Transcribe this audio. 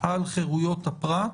על חירויות הפרט,